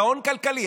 גאון כלכלי.